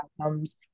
outcomes